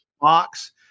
box